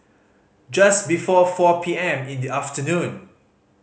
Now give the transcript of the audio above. just before four P M in the afternoon